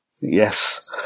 Yes